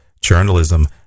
journalism